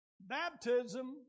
Baptism